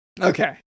okay